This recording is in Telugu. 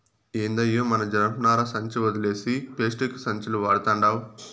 ఏందయ్యో మన జనపనార సంచి ఒదిలేసి పేస్టిక్కు సంచులు వడతండావ్